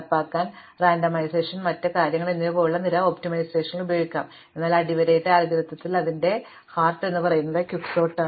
തീർച്ചയായും ഈ നടപ്പാക്കൽ വേഗത്തിലാക്കാൻ റാൻഡമൈസേഷൻ മറ്റ് കാര്യങ്ങൾ എന്നിവ പോലുള്ള വിവിധ ഒപ്റ്റിമൈസേഷനുകൾ ഉപയോഗിച്ചേക്കാം എന്നാൽ അടിവരയിട്ട അൽഗോരിതത്തിൽ അതിന്റെ ഹൃദയം സാധാരണയായി ക്വിക്സോർട്ട് ആണ്